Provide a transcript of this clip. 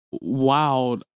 Wow